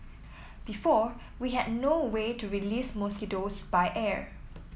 before we had no way to release mosquitoes by air